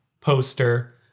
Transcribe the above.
poster